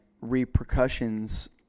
repercussions